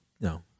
No